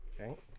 Okay